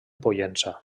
pollença